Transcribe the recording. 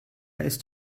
ist